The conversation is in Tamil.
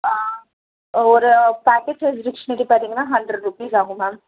ஆ ஒரு பேக்கெட் சைஸ் டிக்ஷனரி பார்த்திங்கன்னா ஹண்ட்ரட் ருப்பீஸ் ஆகும் மேம்